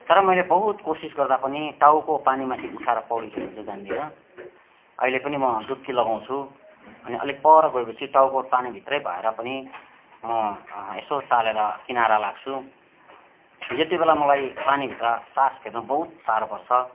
तर मैले बहुत कोसिस गर्दा पनि टाउको पानीमाथि उठाएर पौडी खेल्नु चाहिँ जान्दिनँ अहिले पनि म डुब्की लगाउँछु अनि अलिक पर गएपछि टाउको पानीभित्रै भएर पनि म यसो चालेर किनारा लाग्छु यतिबेला मलाई पानीभित्र सास फेर्नु बहुत साह्रो पर्छ